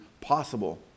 possible